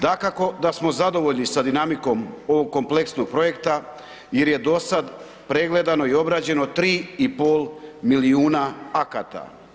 Dakako da smo zadovoljni sa dinamikom ovog kompleksnog projekta jer je dosad pregledano i obrađeno 3,5 milijuna akata.